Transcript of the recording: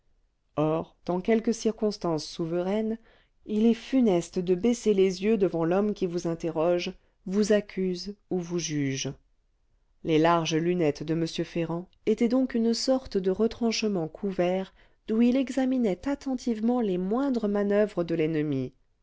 or dans quelques circonstances souveraines il est funeste de baisser les yeux devant l'homme qui vous interroge vous accuse ou vous juge les larges lunettes de m ferrand étaient donc une sorte de retranchement couvert d'où il examinait attentivement les moindres manoeuvres de l'ennemi